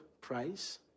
price